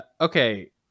Okay